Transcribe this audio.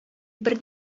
бер